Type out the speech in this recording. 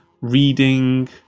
reading